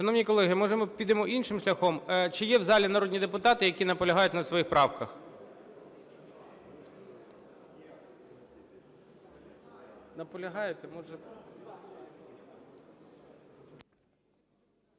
Шановні колеги, може, ми підемо іншим шляхом? Чи є в залі народні депутати, які наполягають на своїх правках? Бондар